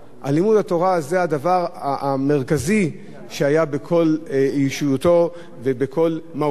לימוד התורה זה הדבר המרכזי שהיה בכל אישיותו ובכל מהותו.